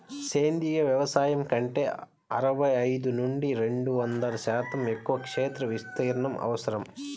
సేంద్రీయ వ్యవసాయం కంటే అరవై ఐదు నుండి రెండు వందల శాతం ఎక్కువ క్షేత్ర విస్తీర్ణం అవసరం